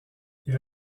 ils